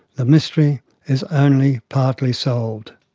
the mystery is only partly solved.